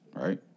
Right